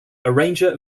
arranger